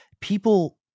people